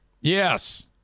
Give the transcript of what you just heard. Yes